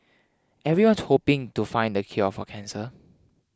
everyone's hoping to find the cure for cancer